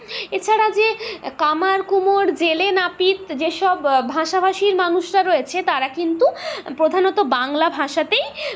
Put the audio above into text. এছাড়া যে কামার কুমোর জেলে নাপিত যেসব ভাষাভাষীর মানুষরা রয়েছে তারা কিন্তু প্রধানত বাংলা ভাষাতেই